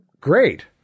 great